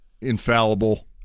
infallible